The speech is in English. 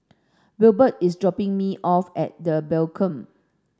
Wilbert is dropping me off at The Beacon